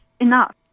enough